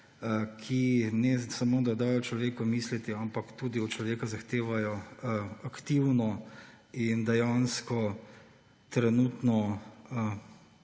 ki ne samo da dajo človeku misliti, ampak tudi od človeka zahtevajo aktivno in dejansko trenutno